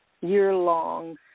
year-long